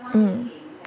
mm